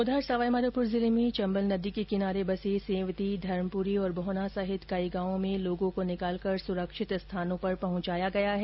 उधर सवाई माधोपुर जिले में चम्बल नदी के किनारे बसे सेंवति धर्मपुरी और बोहना सहित कई गांवों में लोगों को निकालकर सुरक्षित स्थानों पर पहुंचाया गया है